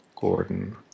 Gordon